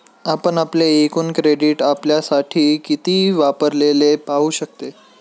आपण आपले एकूण क्रेडिट आपल्यासाठी किती वापरलेले पाहू शकते